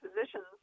positions